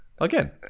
again